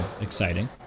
exciting